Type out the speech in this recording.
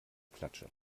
klatsche